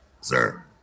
sir